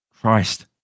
Christ